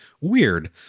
Weird